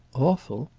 awful?